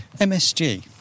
MSG